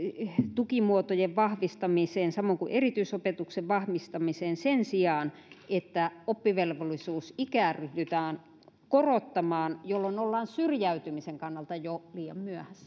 tukimuotojen vahvistamiseen samoin kuin erityisopetuksen vahvistamiseen sen sijaan että oppivelvollisuusikää ryhdytään korottamaan jolloin ollaan syrjäytymisen kannalta jo liian